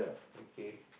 okay